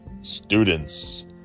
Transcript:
Students